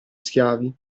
schiavi